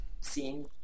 seeing